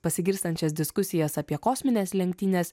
pasigirstančias diskusijas apie kosmines lenktynes